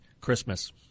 Christmas